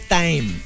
time